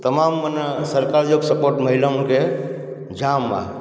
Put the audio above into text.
तमामु माना सरकार जो बि सपोट महिलाउनि खे जाम आहे